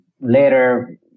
later